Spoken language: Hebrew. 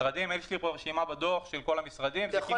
הממשלה מזרימה את הכסף אבל בדרך